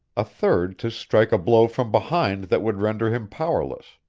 a third to strike a blow from behind that would render him powerless.